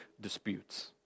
disputes